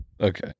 Okay